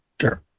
Sure